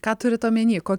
ką turite omenyje ko